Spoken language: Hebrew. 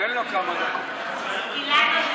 תן לו כמה דקות, מאיר.